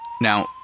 Now